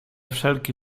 wszelki